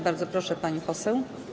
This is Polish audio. Bardzo proszę, pani poseł.